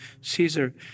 Caesar